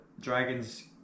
Dragons